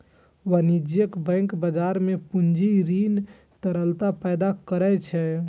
वाणिज्यिक बैंक बाजार मे पूंजी, ऋण आ तरलता पैदा करै छै